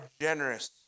generous